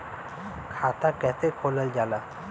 खाता कैसे खोलल जाला?